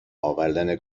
آوردن